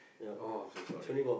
oh I'm so sorry